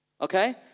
Okay